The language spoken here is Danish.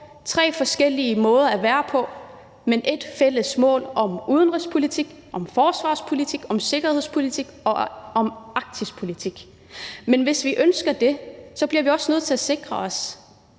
tre forskellige måder at være på, men med et fælles mål om udenrigspolitik, om forsvarspolitik, om sikkerhedspolitik og om arktisk politik. Men hvis vi ønsker det, bliver vi også nødt til at sikre os,